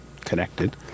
connected